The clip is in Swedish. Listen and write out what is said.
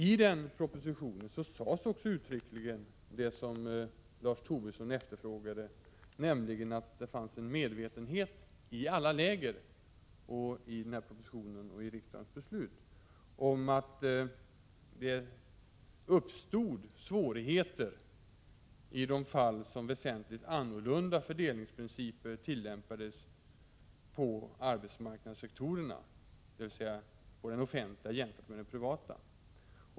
I den propositionen sades också uttryckligen det som Lars Tobisson efterfrågade, nämligen att det i alla läger, i propositionen och i riksdagens beslut fanns en medvetenhet om att det skulle uppstå svårigheter i de fall där väsentligt annorlunda fördelningsprinciper tillämpades på arbetsmarknadssektorerna, dvs. på den offentliga jämfört med den privata.